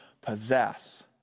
possess